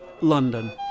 London